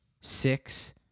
six